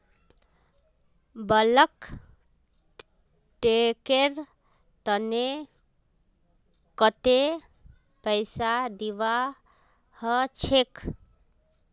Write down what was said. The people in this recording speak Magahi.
बल्क टैंकेर तने कत्ते पैसा दीबा ह छेक